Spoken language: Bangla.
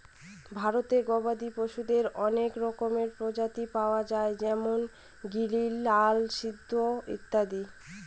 ভারতে গবাদি পশুদের অনেক রকমের প্রজাতি পাওয়া যায় যেমন গিরি, লাল সিন্ধি ইত্যাদি